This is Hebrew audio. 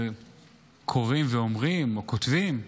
קוראים ואומרים או כותבים: